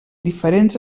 diferents